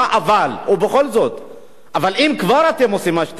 אבל אם כבר אתם עושים מה שאתם עושים,